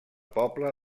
poble